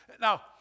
Now